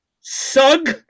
sug